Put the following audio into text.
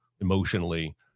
emotionally